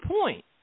point